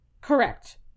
correct